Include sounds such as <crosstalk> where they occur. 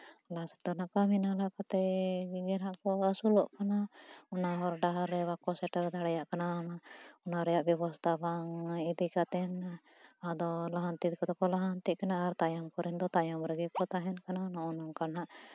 ᱚᱱᱟ <unintelligible> ᱚᱱᱟ ᱠᱚᱛᱮ ᱜᱮ ᱱᱟᱦᱟᱜ ᱠᱚ ᱟᱹᱥᱩᱞᱚᱜ ᱠᱟᱱᱟ ᱚᱱᱟ ᱦᱚᱨ ᱰᱟᱦᱟᱨ ᱨᱮ ᱵᱟᱠᱚ ᱥᱮᱴᱮᱨ ᱫᱟᱲᱮᱭᱟᱜ ᱠᱟᱱᱟ ᱚᱱᱟ ᱨᱮᱭᱟᱜ ᱵᱮᱥᱚᱥᱛᱷᱟ ᱵᱟᱝ ᱤᱫᱤ ᱠᱟᱛᱮᱫ ᱟᱫᱚ ᱞᱟᱦᱟᱱᱛᱤ ᱠᱚᱫᱚ ᱠᱚ ᱞᱟᱦᱟᱱᱛᱤ ᱠᱟᱱᱟ ᱟᱨ ᱛᱟᱭᱚᱢ ᱠᱚᱨᱮᱱ ᱫᱚ ᱛᱟᱭᱚᱢ ᱨᱮᱜᱮ ᱠᱚ ᱛᱟᱦᱮᱱ ᱠᱟᱱᱟ ᱱᱚᱜᱼᱚ ᱱᱚᱝᱠᱟ ᱱᱟᱦᱟᱜ